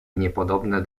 niepodobne